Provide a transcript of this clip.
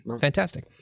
fantastic